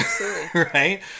right